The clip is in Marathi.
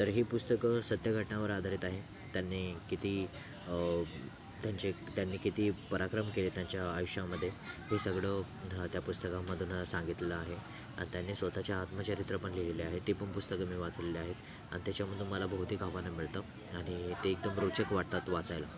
तर ही पुस्तकं सत्य घटनांवर आधारित आहे त्यांनी किती त्यांचे त्यांनी किती पराक्रम केले त्यांच्या आयुष्यामध्ये हे सगळं त्या पुस्तकांमधून सांगितलं आहे आणि त्यांनी स्वतःचे आत्मचरित्र पण लिहिले आहे ते पण पुस्तकं मी वाचलेले आहेत आणि त्याच्यामुळे मला बहुतेक आव्हानं मिळतात आणि ते एकदम रोचक वाटतात वाचायला